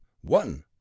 one